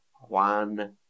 Juan